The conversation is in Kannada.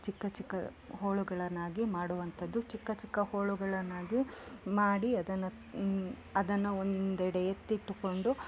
ಚಿಕ್ಕ ಚಿಕ್ಕ ಹೋಳುಗಳನ್ನಾಗಿ ಮಾಡುವಂಥದ್ದು ಚಿಕ್ಕ ಚಿಕ್ಕ ಹೋಳುಗಳನ್ನಾಗಿ ಮಾಡಿ ಅದನ್ನು ಅದನ್ನು ಒಂದೆಡೆ ಎತ್ತಿಟ್ಟುಕೊಂಡು